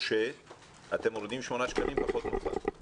או שאתם מורידים שמונה שקלים וזה אומר פחות מופע.